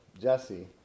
Jesse